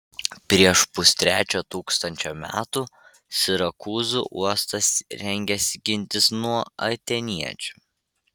prieš pustrečio tūkstančio metų sirakūzų uostas rengėsi gintis nuo atėniečių